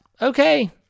Okay